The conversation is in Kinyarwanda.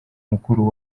mukuru